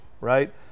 right